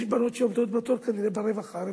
יש בנות שעומדות בתור, כנראה, ברווחה.